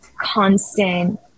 constant